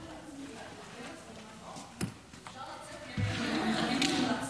אנחנו יכולים לצאת